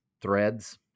Threads